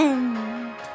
End